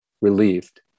relieved